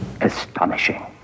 astonishing